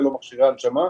ולא מכשירי הנשמה,